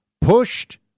pushed